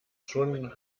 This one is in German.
schon